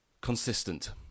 consistent